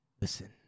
Listen